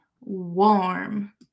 warm